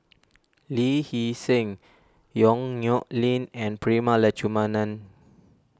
Lee Hee Seng Yong Nyuk Lin and Prema Letchumanan